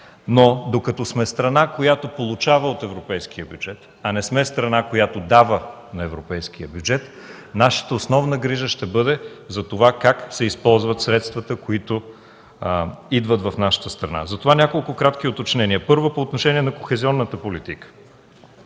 Но докато сме страна, която получава от европейския бюджет, а не сме страна, която дава на европейския бюджет, нашата основна грижа ще бъде как се използват средствата, които идват в нашата страна. Затова няколко кратки уточнения. Първо, по отношение на кохезионната политика.